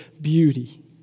beauty